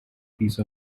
piece